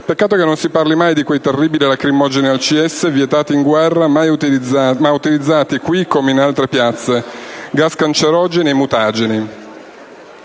peccato che non si parli mai di quei terribili lacrimogeni al CS, vietati in guerra ma utilizzati qui come in altre piazze, gas cancerogeni e mutageni...